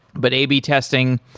but a b testing,